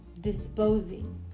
disposing